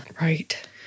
Right